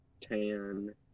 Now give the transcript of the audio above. tan